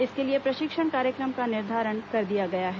इसके लिए प्रशिक्षण कार्यक्रम का निर्धारण कर दिया गया है